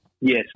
Yes